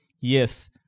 Yes